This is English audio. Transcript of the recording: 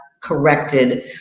corrected